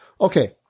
Okay